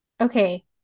okay